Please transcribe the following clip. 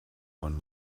von